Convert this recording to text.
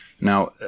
Now